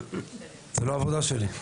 זו לא העבודה שלי.